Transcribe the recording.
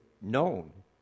known